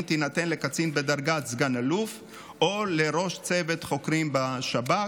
תינתן לקצין בדרגת סגן אלוף או לראש צוות חוקרים בשב"כ,